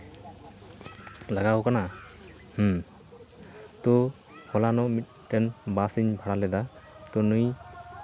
ᱞᱟᱜᱟᱣ ᱠᱟᱱᱟ ᱦᱩᱸ ᱛᱚ ᱦᱚᱞᱟᱱᱚᱜ ᱢᱤᱫᱴᱮᱱ ᱵᱟᱥᱤᱧ ᱵᱷᱟᱲᱟ ᱞᱮᱫᱟ ᱛᱚ